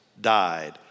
died